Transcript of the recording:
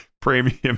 premium